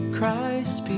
Christ